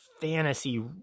fantasy